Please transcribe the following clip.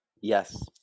Yes